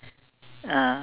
ah